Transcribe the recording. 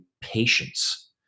patience